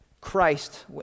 Christ